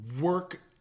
work